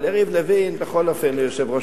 אבל יריב לוין הוא בכל זאת יושב-ראש